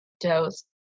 dose